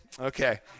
Okay